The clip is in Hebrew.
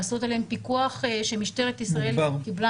לעשות עליהם פיקוח שמשטרת ישראל קיבלה